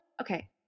okay